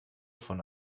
von